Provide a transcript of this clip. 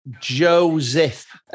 Joseph